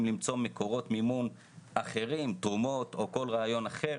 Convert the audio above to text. למצוא מקורות מימון אחרים - תרומות או כל רעיון אחר